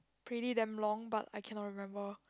pretty damn long but I cannot remember